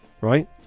right